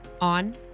on